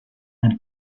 and